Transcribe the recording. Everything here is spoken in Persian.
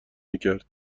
میکرد